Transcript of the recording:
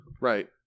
Right